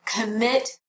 commit